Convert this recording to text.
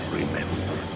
remember